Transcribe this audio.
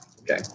Okay